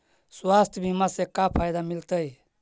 स्वास्थ्य बीमा से का फायदा मिलतै?